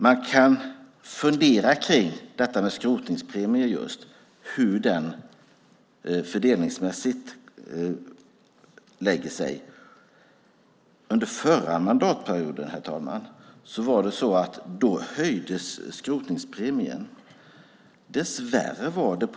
Man kan fundera på hur en skrotningspremie fungerar fördelningsmässigt. Under den förra mandatperioden höjdes skrotningspremien, herr talman.